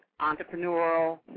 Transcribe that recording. entrepreneurial